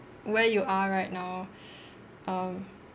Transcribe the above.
where you are right now um